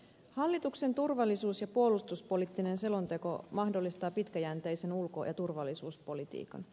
hallituksen turvallisuus ja puolustuspoliittinen selonteko mahdollistaa pitkäjänteisen ulko ja turvallisuuspolitiikan